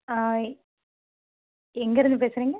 ஆ எங்கேருந்து பேசுகிறீங்க